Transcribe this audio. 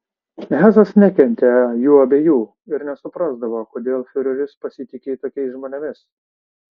hesas nekentė jų abiejų ir nesuprasdavo kodėl fiureris pasitiki tokiais žmonėmis